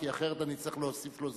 כי אחרת אני אצטרך להוסיף לו זמן.